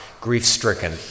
grief-stricken